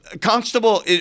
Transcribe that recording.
Constable